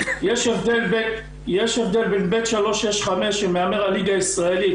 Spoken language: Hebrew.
יש הבדל בין ב(3)65 שמהמר על ליגה ישראלית